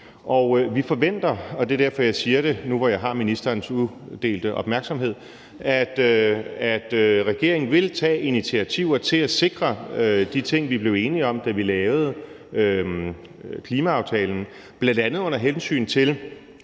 vi forventer, og det er derfor, jeg siger det nu, hvor jeg har ministerens udelte opmærksomhed, at regeringen vil tage initiativer til at sikre de ting, vi blev enige om, da vi lavede klimaaftalen, bl.a. under hensyn til